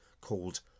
called